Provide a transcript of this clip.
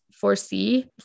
foresee